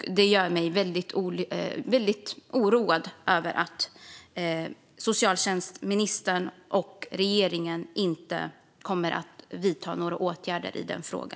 Det gör mig väldigt oroad för att socialtjänstministern och regeringen inte kommer att vidta några åtgärder i denna fråga.